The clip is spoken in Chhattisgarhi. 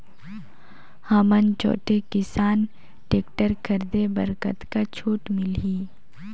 हमन छोटे किसान टेक्टर खरीदे बर कतका छूट मिलही?